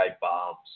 bombs